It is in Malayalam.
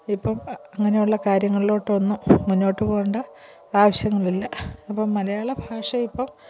ഇപ്പം അങ്ങനെയുള്ള കാര്യങ്ങളിലോട്ടൊന്നും മുന്നോട്ട് പോവേണ്ട ആവശ്യങ്ങളില്ല ഇപ്പം മലയാളഭാഷയിപ്പം